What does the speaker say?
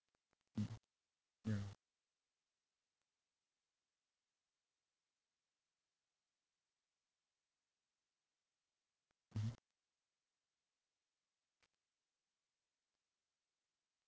mm ya mmhmm